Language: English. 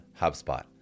HubSpot